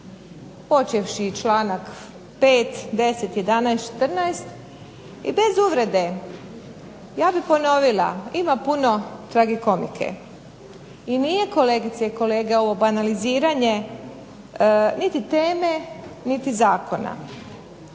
počevši članak 5., 10., 11., 14., i bez uvrede ja bih ponovila ima puno tragikomike. I nije kolegice i kolege ovo banaliziranje niti teme, niti zakona.